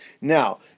Now